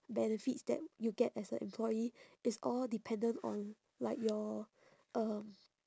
benefits that you get as a employee is all dependent on like your um